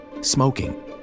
smoking